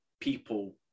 people